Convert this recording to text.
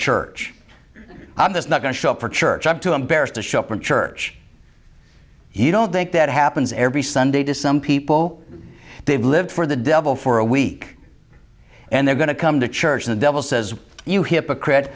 church i'm just not going to show up for church i'm too embarrassed to show up in church you don't think that happens every sunday to some people they've lived for the devil for a week and they're going to come to church the devil says you hypocrite